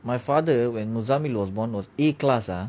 my father when mosambi lah was born was a class ah